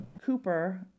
Cooper